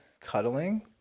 cuddling